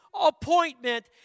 appointment